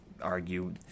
argue